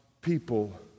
people